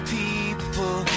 people